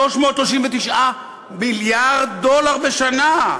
339 מיליארד דולר בשנה.